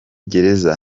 gereza